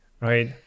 right